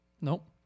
Nope